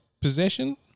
possession